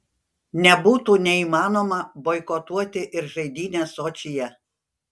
nebūtų neįmanoma boikotuoti ir žaidynes sočyje